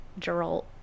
Geralt